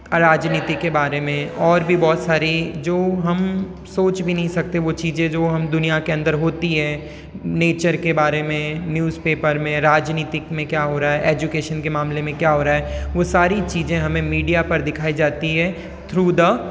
राजनीति के बारे में और भी बहुत सारी जो हम सोच भी नहीं सकते वो चीज़ें जो हम दुनिया के अंदर होती हैं नेचर के बारे में न्यूज़ पेपर में राजनीति में क्या हो रहा है एजुकेशन के मामले में क्या हो रहा है वो सारी चीज़ें हमें मीडिया पर दिखाई जाती हैं थ्रू द